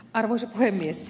arvoisa puhemies